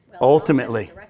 ultimately